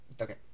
Okay